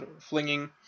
flinging